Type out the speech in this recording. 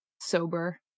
sober